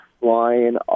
flying